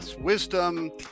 wisdom